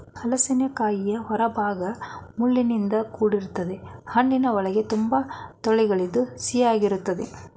ಹಲಸಿನಕಾಯಿಯ ಹೊರಭಾಗ ಮುಳ್ಳಿನಿಂದ ಕೂಡಿರ್ತದೆ ಹಣ್ಣಿನ ಒಳಗೆ ತುಂಬಾ ತೊಳೆಗಳಿದ್ದು ಸಿಹಿಯಾಗಿರ್ತದೆ